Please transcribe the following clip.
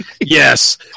Yes